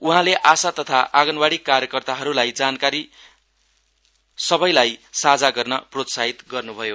उहाँले आशा तथा आगनवाड़ी कार्यकर्ताहरूलाई जानकारी सबैलाई साझा गर्न प्रोत्साहित गर्नु भयो